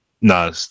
No